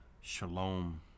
Shalom